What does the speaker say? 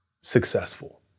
successful